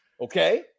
Okay